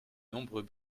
nombreux